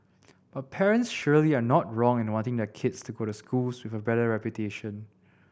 but parents surely are not wrong in wanting their kids to go to schools with a better reputation